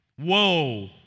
Whoa